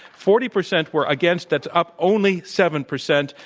forty percent were against, that's up only seven percent,